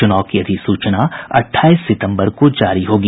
चुनाव की अधिसूचना अट्ठाईस सितंबर को जारी होगी